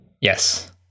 Yes